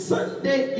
Sunday